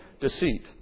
deceit